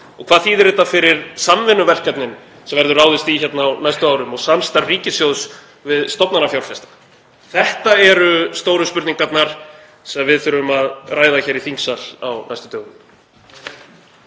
Og hvað þýðir þetta fyrir samvinnuverkefnin sem verður ráðist í hérna á næstu árum og samstarf ríkissjóðs við stofnanafjárfesta? Þetta eru stóru spurningarnar sem við þurfum að ræða hér í þingsal á næstu dögum.